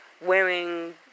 wearing